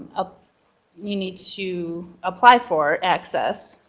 ah you need to apply for access.